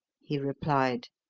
he replied.